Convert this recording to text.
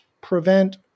prevent